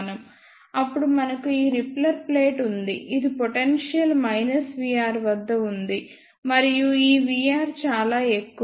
అప్పుడు మనకు ఈ రిపెల్లర్ ప్లేట్ ఉంది ఇది పొటెన్షియల్ Vr వద్ద ఉంది మరియు ఈ Vr చాలా ఎక్కువ